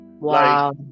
Wow